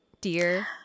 dear